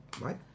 right